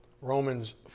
Romans